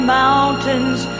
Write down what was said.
mountain's